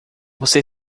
você